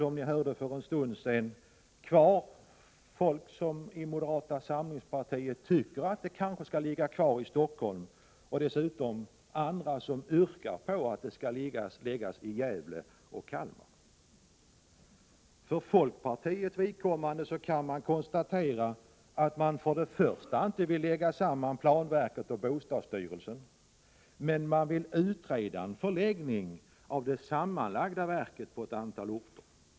Som vi hörde för en stund sedan finns det fortfarande folk i moderata samlingspartiet som tycker att det kanske kan ligga kvar i Stockholm. Det finns dessutom andra som yrkar på att det skall läggas i Gävle eller Kalmar. För folkpartiets vidkommande kan konstateras att man inte vill lägga samman planverket och bostadsstyrelsen. Man vill emellertid utreda en förläggning av det sammanlagda verket till ett antal orter.